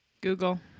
Google